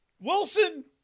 Wilson